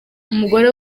umugore